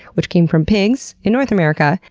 which came from pigs in north america,